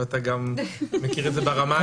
ואתה גם מכיר את זה ברמה האישית.